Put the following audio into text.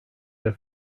were